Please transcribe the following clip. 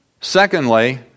Secondly